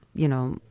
you know,